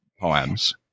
poems